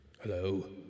Hello